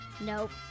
Nope